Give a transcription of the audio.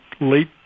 late